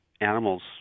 animals